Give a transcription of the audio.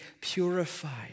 purified